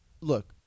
Look